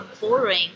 boring